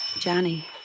Johnny